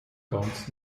ganz